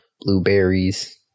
blueberries